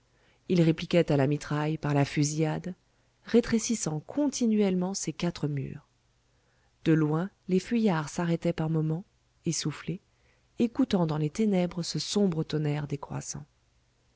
il répliquait à la mitraille par la fusillade rétrécissant continuellement ses quatre murs de loin les fuyards s'arrêtaient par moment essoufflés écoutant dans les ténèbres ce sombre tonnerre décroissant